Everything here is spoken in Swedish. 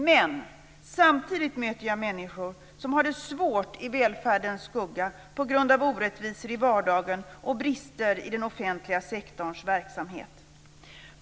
Men samtidigt möter jag människor som har det svårt i välfärdens skugga på grund av orättvisor i vardagen och brister i den offentliga sektorns verksamhet.